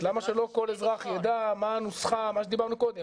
למה שלא כל אזרח יידע מה הנוסחה, מה שדיברנו קודם.